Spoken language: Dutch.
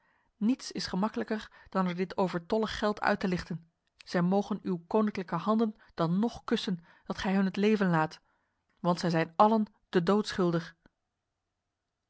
niets is gemaklijker dan er dit overtollig geld uit te lichten zij mogen uw koninklijke handen dan nog kussen dat gij hun het leven laat want zij zijn allen de dood schuldig